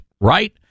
right